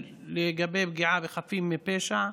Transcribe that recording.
על הפגיעה בחפים מפשע,